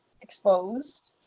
exposed